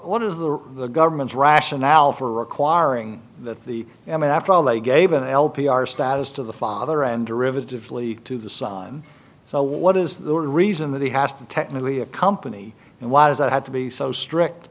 what is the government's rationale for requiring that the i mean after all they gave an l p r status to the father and derivative leaked to the sun so what is the reason that he has to technically a company and why does it have to be so strict